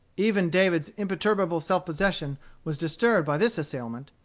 even david's imperturbable self-possession was disturbed by this assailment.